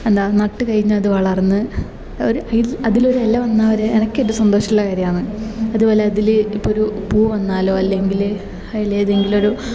എന്താ നട്ട് കഴിഞ്ഞാൽ അത് വളർന്ന് ഒരു അത് അതിലൊരു ഇല വന്നാവരെ എനിക്ക് ഏറ്റോം സന്തോഷമുള്ള കാര്യമാന്ന് അതുപോലെ അതിൽ ഇപ്പം ഒരു പൂ വന്നാലോ അല്ലെങ്കിൽ അതിലേതെങ്കിലും ഒരു